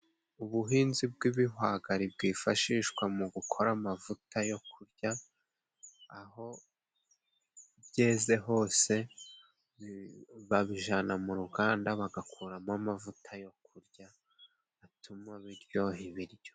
Ubuhinzi bw'ibihwagari bwifashishwa mu gukora amavuta yo kurya, aho byeze hose babijana mu ruganda bagakoramo amavuta yo kurya atuma ibiryo biryoha.